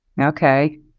Okay